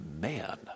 man